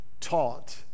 taught